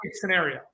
scenario